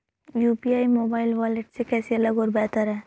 UPI mobile wallet से कैसे अलग और बेहतर है?